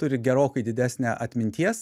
turi gerokai didesnę atminties